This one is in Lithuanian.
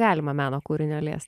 galima meno kūrinio liest